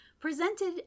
presented